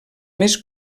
més